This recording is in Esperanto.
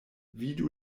vidu